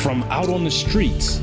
from out on the streets